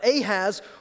Ahaz